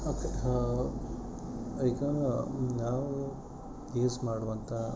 okay ಈಗ ನಾವು use ಮಾಡುವಂಥ